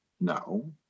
No